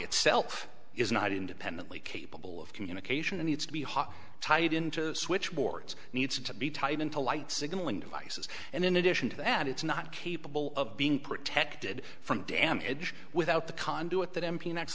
itself is not independently capable of communication and needs to be hot tied into switchboards needs to be tied into light signaling devices and in addition to that it's not capable of being protected from damage without the conduit that m p next